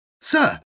Sir